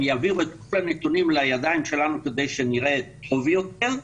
יעבירו את כל הנתונים לידיים שלנו כדי שנראה טוב יותר,